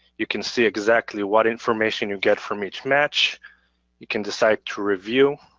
you can see exactly what information you get from each match you can decide to review,